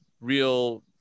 real